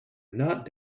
not